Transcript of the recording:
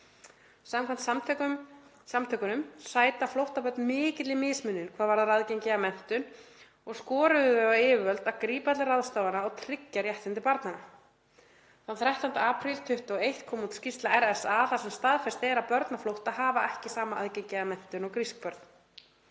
Samkvæmt samtökunum sæta flóttabörn mikilli mismunun hvað varðar aðgengi að menntun og skoruðu á yfirvöld að grípa til ráðstafana og tryggja réttindi barnanna. Þann 13. apríl 2021 kom út skýrsla RSA þar sem staðfest er að börn á flótta hafa ekki sama aðgengi að menntun og grísk börn.